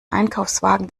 einkaufswagen